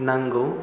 नांगौ